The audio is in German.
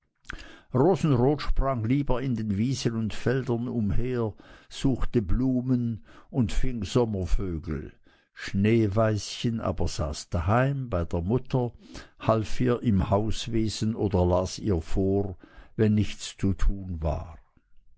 rosenrot sprang lieber in den wiesen und feldern umher suchte blumen und fing sommervögel schneeweißchen aber saß daheim bei der mutter half ihr im hauswesen oder las ihr vor wenn nichts zu tun war